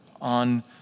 on